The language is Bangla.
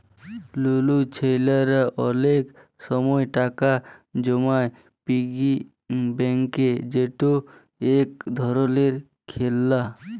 লুলু ছেইলারা অলেক সময় টাকা জমায় পিগি ব্যাংকে যেট ইক ধরলের খেললা